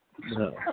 No